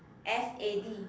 f a d